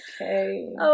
Okay